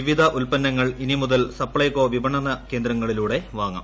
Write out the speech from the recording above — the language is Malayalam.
പിപിധ ഉൽപ്പന്നങ്ങൾ ഇനി മുതൽ സപ്ലൈകോ വിപണനകേന്ദ്രങ്ങളിലൂടെ വാങ്ങാം